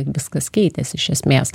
viskas keitėsi iš esmės